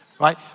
right